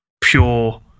pure